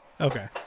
Okay